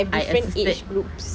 I assisted